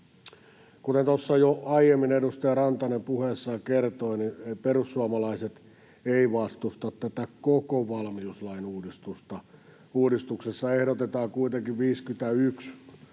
tuossa jo aiemmin edustaja Rantanen puheessaan kertoi, perussuomalaiset eivät vastusta koko valmiuslain uudistusta. Uudistuksessa ehdotetaan kuitenkin 51 muutosta